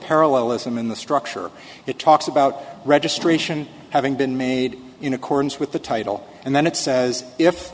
parallelism in the structure it talks about registration having been made in accordance with the title and then it says if